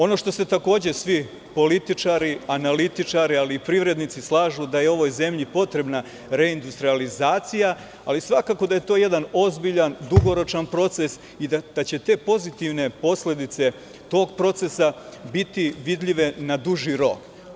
Ono što se takođe svi političari, analitičari, ali i privrednici slažu, da je ovoj zemlji potrebna reindustrijalizacija, ali svakako da je to jedan ozbiljan, dugoročan proces i da će pozitivne posledice tog procesa biti vidljive na duži rok.